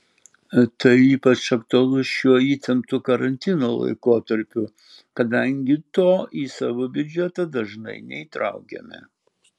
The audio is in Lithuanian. tai ypač aktualu šiuo įtemptu karantino laikotarpiu kadangi to į savo biudžetą dažnai neįtraukiame